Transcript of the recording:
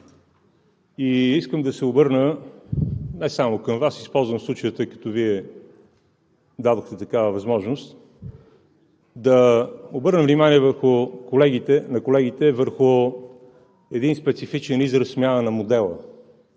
Искам да се обърна не само към Вас, използвам случая, тъй като Вие дадохте такава възможност, да обърна вниманието на колегите върху един специфичен израз „смяна на модела“.